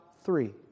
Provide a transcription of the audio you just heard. three